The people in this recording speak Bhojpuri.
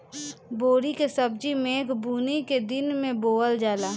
बोड़ी के सब्जी मेघ बूनी के दिन में बोअल जाला